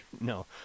no